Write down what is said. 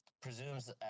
presumes